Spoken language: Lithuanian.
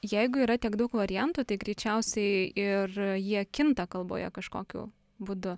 jeigu yra tiek daug variantų tai greičiausiai ir jie kinta kalboje kažkokiu būdu